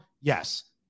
Yes